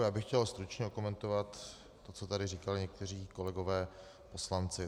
Já bych chtěl stručně okomentovat to, co tady říkali někteří kolegové poslanci.